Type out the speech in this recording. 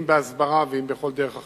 אם בהסברה ואם בכל דרך אחרת,